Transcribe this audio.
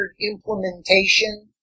implementation